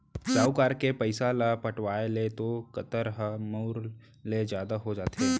साहूकार के पइसा ल पटावत ले तो कंतर ह मूर ले जादा हो जाथे